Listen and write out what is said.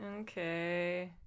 Okay